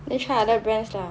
then try other brands lah